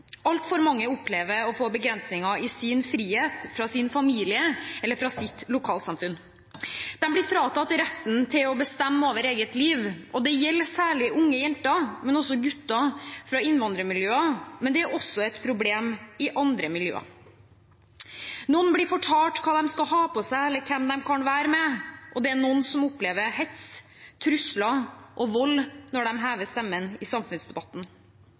Altfor mange opplever å få begrensninger i sin frihet fra sin familie eller fra sitt lokalsamfunn. De blir fratatt retten til å bestemme over eget liv. Det gjelder særlig unge jenter, men også gutter, fra innvandrermiljøer, men det er også et problem i andre miljøer. Noen blir fortalt hva de skal ha på seg, eller hvem de kan være sammen med, og det er noen som opplever hets, trusler og vold når de hever stemmen i samfunnsdebatten.